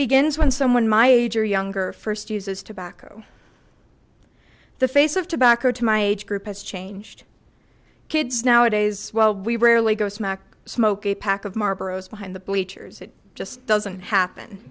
begins when someone my age or younger first uses tobacco the face of tobacco my age group has changed kids nowadays well we rarely go smack smoked a pack of marlboros behind the bleachers it just doesn't happen